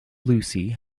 lucy